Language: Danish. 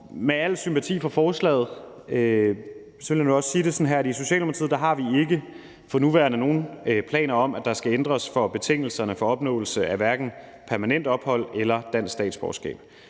Trods al sympati for forslaget vil jeg sige det sådan, at vi i Socialdemokratiet ikke for nuværende har nogen planer om, at der skal ændres på betingelserne hverken for opnåelse af permanent ophold eller dansk statsborgerskab.